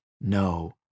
no